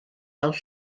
fel